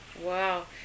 Wow